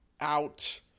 out